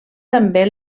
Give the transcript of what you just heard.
també